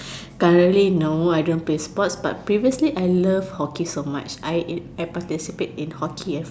currently no I don't play sport but previously I love hockey so much I I participate in hockey as